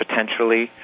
potentially